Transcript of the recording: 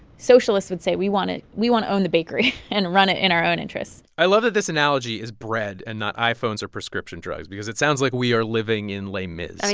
socialists would, say we want it we want to own the bakery and run it in our own interests i love this analogy is bread and not iphones or prescription drugs because it sounds like we are living in les mis. i